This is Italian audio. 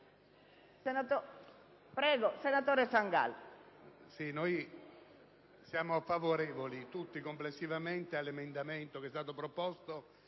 Senatore Sangalli,